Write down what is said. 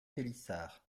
pélissard